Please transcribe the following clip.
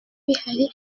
bihari